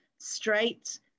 straight